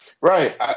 Right